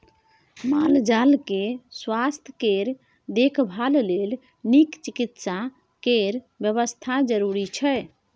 माल जाल केँ सुआस्थ केर देखभाल लेल नीक चिकित्सा केर बेबस्था जरुरी छै